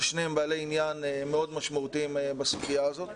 ששניהם בעלי עניין מאוד משמעותיים בסוגיה הזו.